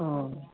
औ